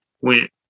went